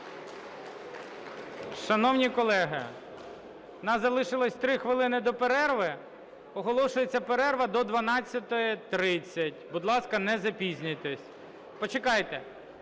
Шановні колеги, у нас залишилося 3 хвилини до перерви. Оголошується перерва до 12:30. Будь ласка, не запізнюйтесь. Почекайте.